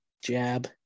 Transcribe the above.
Jab